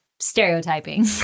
stereotyping